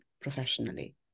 professionally